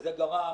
וזה גרם